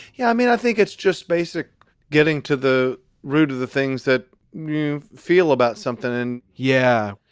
yeah i mean, i think it's just basic getting to the root of the things that you feel about something in yeah.